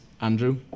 Andrew